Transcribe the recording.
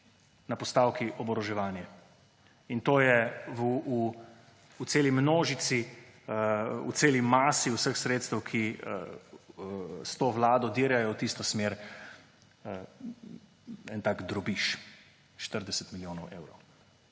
na postavki oboroževanje. In to je v celi množici, v celi masi vseh sredstev, ki s to vlado dirjajo v tisto smer, en tak drobiž, 40 milijonov evrov.